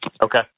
Okay